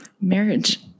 Marriage